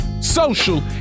social